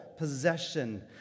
possession